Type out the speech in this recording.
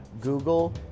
Google